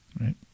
right